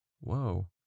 Whoa